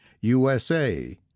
USA